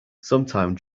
sometime